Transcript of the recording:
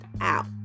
out